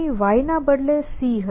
y ના બદલે C હશે